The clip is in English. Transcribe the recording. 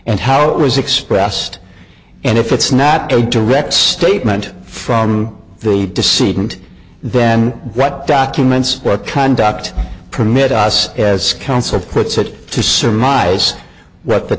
and how it was expressed and if it's not the direct statement from the deceit and then what documents or a contact permit us as counsel puts it to surmise what the